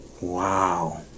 wow